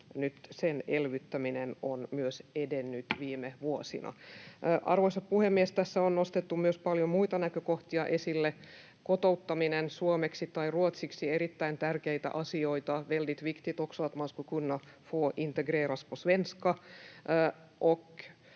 sen elvyttäminen on edennyt viime vuosina. Arvoisa puhemies! Tässä on nostettu myös paljon muita näkökohtia esille: kotouttaminen suomeksi tai ruotsiksi — erittäin tärkeitä asioita. Väldigt viktigt att man skulle kunna få integreras på svenska